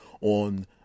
on